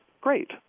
great